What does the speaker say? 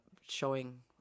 showing